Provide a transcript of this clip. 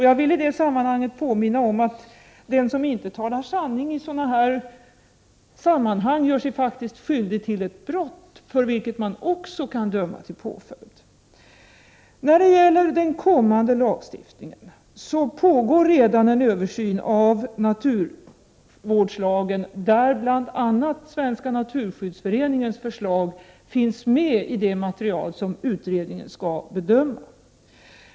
Jag vill påminna om att den som inte talar sanning i sådana här sammanhang faktiskt gör sig skyldig till ett brott, för vilket man också kan dömas till påföljd. När det gäller kommande lagstiftning pågår redan en översyn av naturvårdslagen, där bl.a. Svenska naturskyddsföreningens förslag finns med i det material som utredningen skall bedöma.